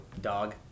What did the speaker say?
Dog